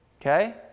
okay